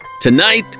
Tonight